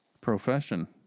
profession